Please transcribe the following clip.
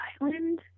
island